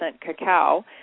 cacao